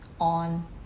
on